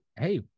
hey